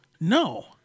No